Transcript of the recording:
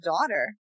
daughter